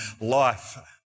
life